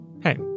hey